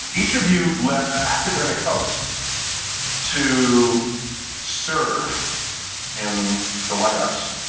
each of you left academic posts to serve in the white house.